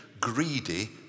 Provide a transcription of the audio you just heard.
greedy